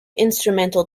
instrumental